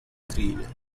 trilha